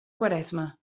quaresma